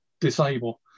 disable